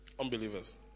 unbelievers